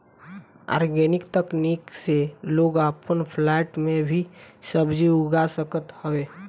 organic तकनीक से लोग अपन फ्लैट में भी सब्जी उगा सकत हवे